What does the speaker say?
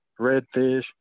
redfish